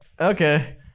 Okay